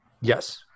Yes